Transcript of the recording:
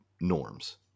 norms